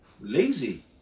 lazy